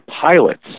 pilots